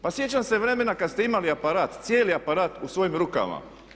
Pa sjećam se vremena kad ste imali aparat, cijeli aparat u svojim rukama.